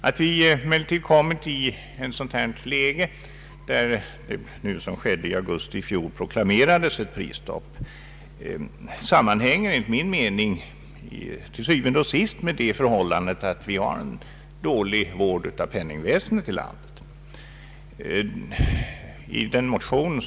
Att vi emellertid kommit i ett sådant läge som rådde i augusti i år, då prisstoppet proklamerades, sammanhänger enligt min mening til syvende og sidst med det förhållandet att vården av penningväsendet i landet är dålig.